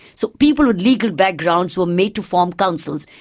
so people with legal backgrounds were made to form councils,